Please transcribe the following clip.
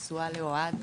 נשואה לאוהד,